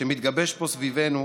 שמתגבש פה סביבנו